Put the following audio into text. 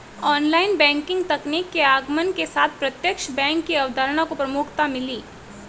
online banking तकनीक के आगमन के साथ प्रत्यक्ष बैंक की अवधारणा को प्रमुखता मिली